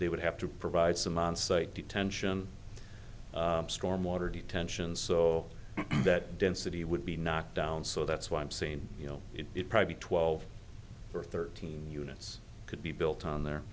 they would have to provide some onsite detention stormwater detentions so that density would be knocked down so that's why i'm saying you know it probably twelve or thirteen units could be built on the